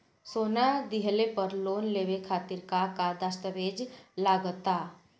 सोना दिहले पर लोन लेवे खातिर का का दस्तावेज लागा ता?